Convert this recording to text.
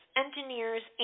engineers